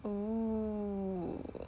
oo